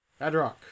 Adrock